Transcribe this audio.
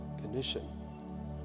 condition